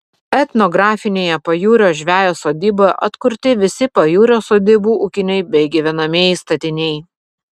etnografinėje pajūrio žvejo sodyboje atkurti visi pajūrio sodybų ūkiniai bei gyvenamieji statiniai